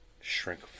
shrink